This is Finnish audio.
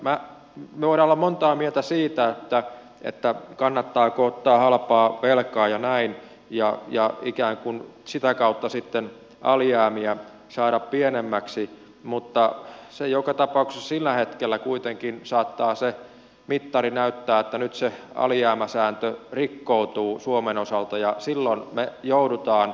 me voimme olla montaa mieltä siitä kannattaako ottaa halpaa velkaa ja näin ja ikään kuin sitä kautta sitten alijäämiä saada pienemmäksi mutta joka tapauksessa sillä hetkellä kuitenkin saattaa se mittari näyttää että nyt se alijäämäsääntö rikkoutuu suomen osalta ja silloin me joudumme unionin ohjaukseen